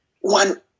One